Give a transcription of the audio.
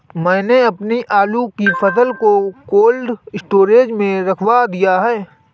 मैंने अपनी आलू की फसल को कोल्ड स्टोरेज में रखवा दिया